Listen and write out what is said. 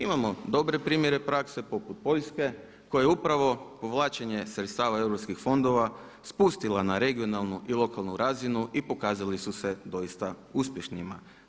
Imamo dobre primjere prakse poput Poljske kojoj je upravo povlačenje sredstava europskih fondova spustila na regionalnu i lokalnu razinu i pokazali su se doista uspješnima.